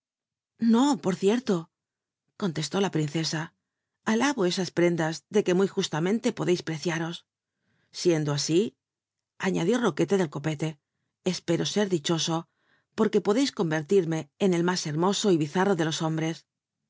xo por cierto conlcsló la princesa alabo e as altas prendas de que mur justamente pod i prctiaros siendo así añadió roquete tlcl copefr c pero ser dichoso porq ue podeis conrertirme en el mús htrmoso bizarro de los hombres